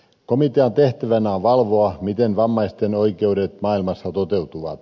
komitean tehtävänä on valvoa miten vammaisten oikeudet maailmassa toteutuvat